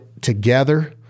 together